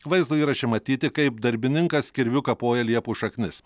vaizdo įraše matyti kaip darbininkas kirviu kapoja liepų šaknis